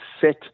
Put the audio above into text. set